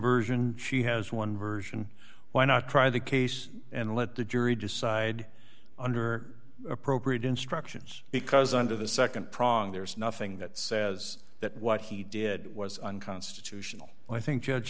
version she has one version why not try the case and let the jury decide under appropriate instructions because under the nd prong there's nothing that says that what he did was unconstitutional and i think judge